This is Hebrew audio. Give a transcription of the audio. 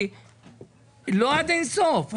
לא עד אין סוף.